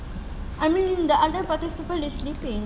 I mean the other participant is sleeping